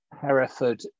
Hereford